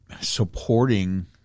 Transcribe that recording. supporting